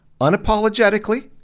unapologetically